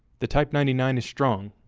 the type ninety nine is strong,